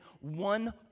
one